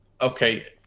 Okay